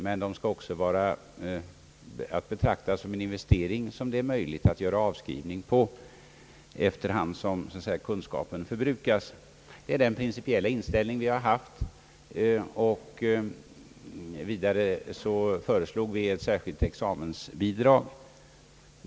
Men de skall också vara att betrakta som en investering, möjlig att göra avskrivning på efter hand som kunskaperna förbrukas. Det är den principiella inställning vi har haft. Vidare föreslog vi ett särskilt examensbidrag.